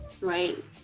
right